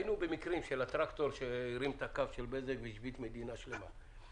היינו במקרים של הטרקטור שהרים את הקו של בזק והשבית מדינה שלמה.